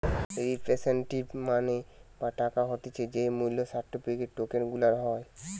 representative money বা টাকা হতিছে যেই মূল্য সার্টিফিকেট, টোকেন গুলার হয়